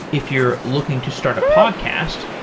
if you're looking to start a podcast,